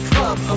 Club